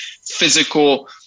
physical